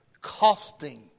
costing